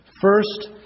first